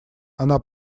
она